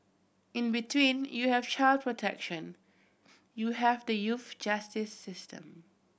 in between you have child protection you have the youth justice system